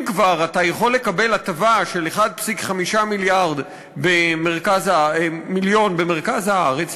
אם כבר אתה יכול לקבל הטבה של 1.5 מיליון במרכז הארץ,